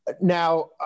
Now